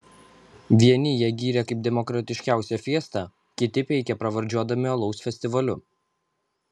vieni ją gyrė kaip demokratiškiausią fiestą kiti peikė pravardžiuodami alaus festivaliu